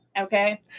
Okay